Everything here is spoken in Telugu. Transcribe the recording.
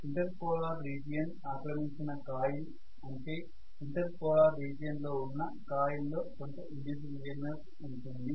ఇంటర్ పోలార్ రీజియన్ ఆక్రమించిన కాయిల్ అంటే ఇంటర్ పోలార్ రీజియన్ లో ఉన్న కాయిల్ లో కొంత ఇండ్యూస్డ్ EMF ఉంటుంది